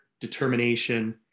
determination